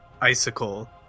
icicle